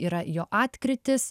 yra jo atkrytis